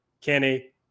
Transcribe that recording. Kenny